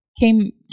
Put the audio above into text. Came